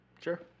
Sure